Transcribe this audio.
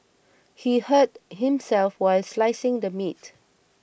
he hurt himself while slicing the meat